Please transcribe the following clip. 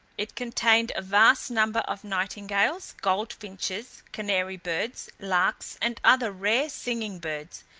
it contained a vast number of nightingales, gold-finches, canary birds, larks, and other rare singing-birds,